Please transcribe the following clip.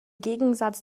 gegensatz